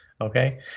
Okay